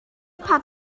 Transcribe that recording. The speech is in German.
hat